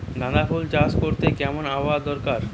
গাঁদাফুল চাষ করতে কেমন আবহাওয়া দরকার?